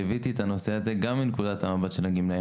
ליוויתי את הנושא הזה גם מנקודת המבט של הגמלאים.